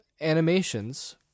animations